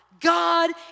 God